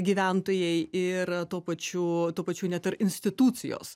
gyventojai ir tuo pačiu tuo pačiu net ir institucijos